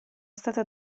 stata